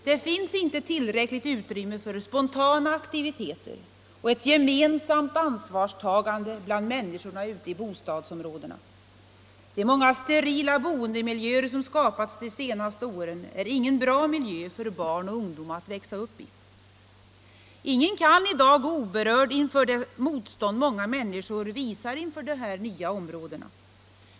Det finns inte tillräckligt utrymme för spontana aktiviteter och ett gemensamt ansvarstagande bland människorna ute i bostadsområdena. De många sterila boendemiljöer som skapats de senaste åren är ingen bra miljö för barn och ungdom att växa upp i. Ingen kan i dag gå oberörd inför det motstånd många människor visar inför dessa nya områden.